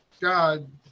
God